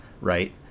right